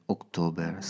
October